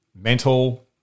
mental